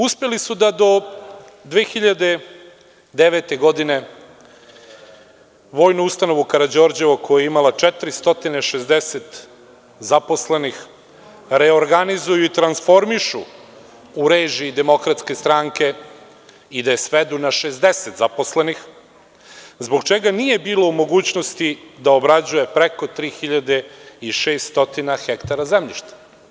Uspeli su da do 2009. godine Vojnu ustanovu Karađorđevo koja imala 460 zaposlenih reorganizuju i transformišu u režiji DS i da je svedu na 60 zaposlenih zbog čega nije bila u mogućnosti da obrađuje preko 3.600 ha zemlje.